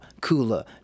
cooler